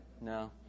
No